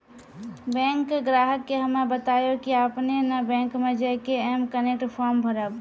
bank ग्राहक के हम्मे बतायब की आपने ने बैंक मे जय के एम कनेक्ट फॉर्म भरबऽ